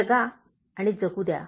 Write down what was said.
जगा आणि जगू द्या